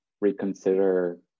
reconsider